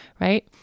right